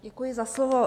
Děkuji za slovo.